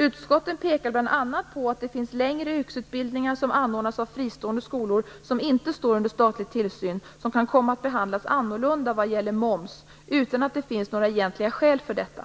Utskotten pekade bl.a. på att det finns längre yrkesutbildningar som anordnas av fristående skolor som inte står under statlig tillsyn som kan komma att behandlas annorlunda vad gäller moms, utan att det finns några egentliga skäl för detta.